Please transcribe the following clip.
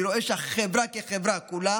אני רואה שהחברה כחברה כולה